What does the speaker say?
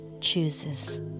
chooses